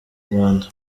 rwanda